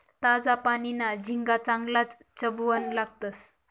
ताजा पानीना झिंगा चांगलाज चवबन लागतंस